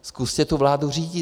Zkuste tu vládu řídit.